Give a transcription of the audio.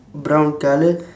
brown colour